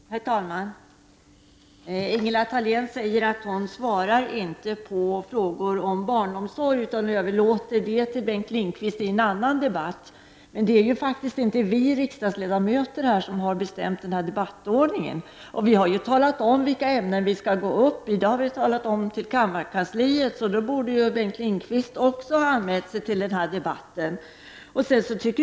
Herr talman! Ingela Thalén säger att hon inte svarar på frågor om barnomsorg, utan att hon överlåter till Bengt Lindqvist att ta upp detta i en annan debatt. Men det är ju faktiskt inte vi riksdagsledamöter som har bestämt debattordningen. Eftersom vi har meddelat kammarkansliet vilka ämnen vi skall gå upp i borde ju också Bengt Lindqvist ha anmält sig till den här debatten.